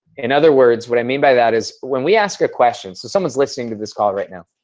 in other words, what i mean by that is, when we ask a question so somebody's listening to this call right now.